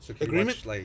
agreement